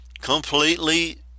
completely